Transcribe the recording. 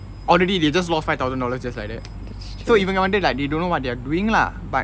already they just lost five thousand dollars just like that so இவங்க வந்து:ivanga vanthu they don't know what they're doing lah but